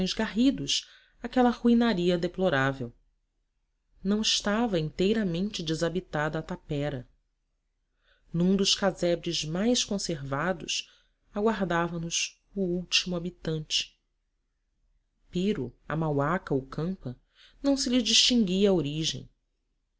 garridos aquela ruinaria deplorável não estava inteiramente desabitada a tapera num dos casebres mais conservados aguardava nos o último habitante piro amauaca ou campa não se lhe distinguia a origem